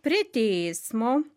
prie teismo